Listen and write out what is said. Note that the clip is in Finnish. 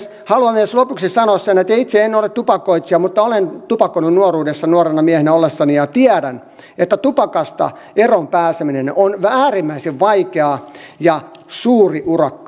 haluan myös lopuksi sanoa sen että itse en ole tupakoitsija mutta olen tupakoinut nuoruudessani nuorena miehenä ollessani ja tiedän että tupakasta eroon pääseminen on äärimmäisen vaikeaa ja suuri urakka